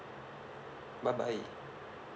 bye bye